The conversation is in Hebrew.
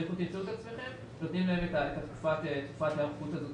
נותנים להם את תקופת ההיערכות הזאת,